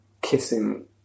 kissing